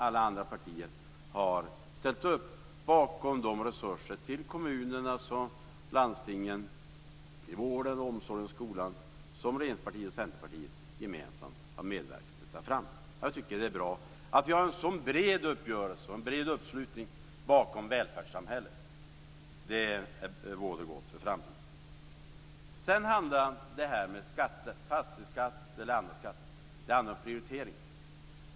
Alla andra partier har ställt upp bakom de resurser till kommunerna och landstingen vad gäller vården, omsorgen och skolan som regeringspartiet och Centerpartiet gemensamt har medverkat till att ta fram. Jag tycker att det är bra att vi har en så bred uppgörelse, en så bred uppslutning, bakom välfärdssamhället. Det bådar gott för framtiden. Det här med skatter, fastighetsskatt och andra skatter, handlar om prioriteringar.